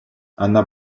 она